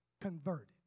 converted